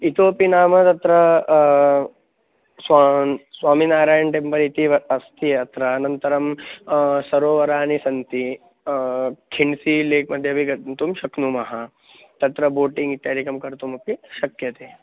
इतोपि नाम तत्र स्वाम् स्वामिनारायण् टेम्पल् इति व अस्ति अत्र अनन्तरं सरोवराणि सन्ति खिन्सि लेक् मध्ये अपि गन्तुं शक्नुमः तत्र बोटिङ्ग् इत्यादिकं कर्तुमपि शक्यते